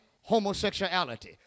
homosexuality